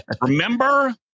Remember